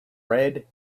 red